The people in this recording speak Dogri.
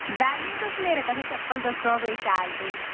बैह्ल्ली निं तुस मेरे कश चप्पल दस्सो आं कोई शैल जेही